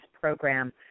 program